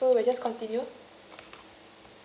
okay so we'll just continue